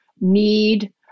need